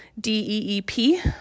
D-E-E-P